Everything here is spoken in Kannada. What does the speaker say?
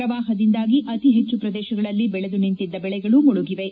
ಪ್ರವಾಹದಿಂದಾಗಿ ಅತಿ ಹೆಚ್ಚು ಪ್ರದೇಶಗಳಲ್ಲಿ ಬೆಳೆದು ನಿಂತಿದ್ದ ಬೆಳೆಗಳು ಮುಳುಗಿವೆ